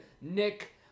Nick